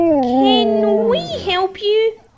can we help you?